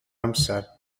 amser